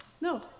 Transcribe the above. No